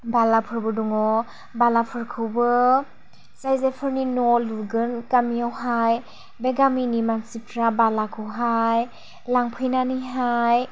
बालाफोरबो दङ बालाफोरखौबो जाय जायफोरनि न' लुगोन गामियावहाय बे गामिनि मानसिफ्रा बालाखौहाय लांफैनानैहाय